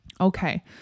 Okay